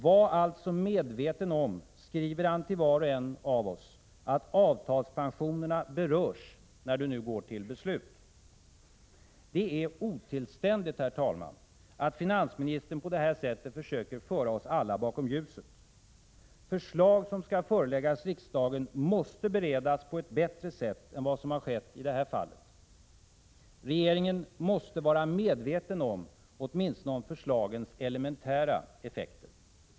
”Var alltså medveten om”, skriver han till var och en av oss, ”att avtalspensionerna berörs när du går till beslut!” Det är otillständigt, herr talman, att finansministern på detta sätt försöker föra oss alla bakom ljuset. Förslag som skall föreläggas riksdagen måste beredas på ett bättre sätt än vad som skett i detta fall. Regeringen måste åtminstone vara medveten om förslagens elementära effekter.